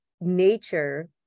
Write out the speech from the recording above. nature